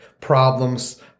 problems